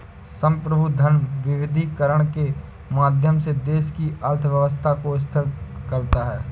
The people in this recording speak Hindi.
संप्रभु धन विविधीकरण के माध्यम से देश की अर्थव्यवस्था को स्थिर करता है